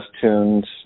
tunes